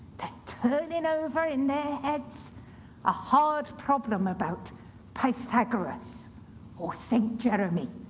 turning over in their heads a hard problem about pythagoras or saint jeremy,